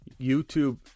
YouTube